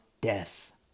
Death